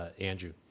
Andrew